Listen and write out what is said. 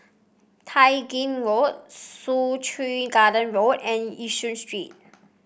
Tai Gin Road Soo Chow Garden Road and Yishun Street